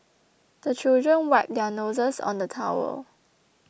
the children wipe their noses on the towel